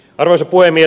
arvoisa puhemies